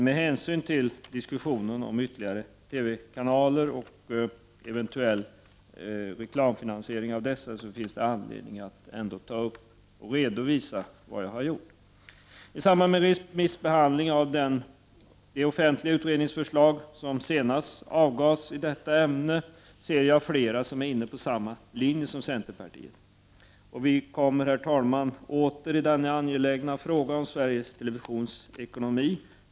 Med hänsyn till diskussionen om ytterligare TV-kanaler och eventuell reklamfinansierinag av dessa fanns det ändå anledning att ta upp och redovisa detta, vilket jag har gjort. I samband med remissbehandlingen av det offentliga utredningsförslag som senast avgavsi detta ämne, ser jag flera som är inne på samma linje som centerpartiet. Herr talman! Vi kommer åter i denna angelägna fråga om Sveriges Televisions ekonomi.